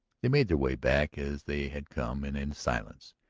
they made their way back as they had come and in silence,